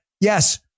yes